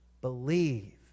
Believe